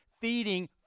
feeding